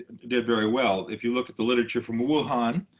did very well. if you look at the literature from wuhan,